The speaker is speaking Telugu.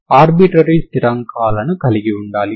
uttc2uxx అనే సమీకరణం నుండి utt విలువను మీరు dK